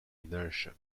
inertia